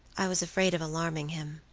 i was afraid of alarming him.